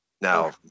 Now